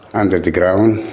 under the ground,